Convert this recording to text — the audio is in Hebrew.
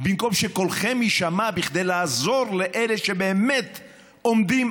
במקום שקולכם יישמע כדי לעזור לאלה שבאמת עומדים